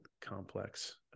complex